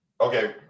okay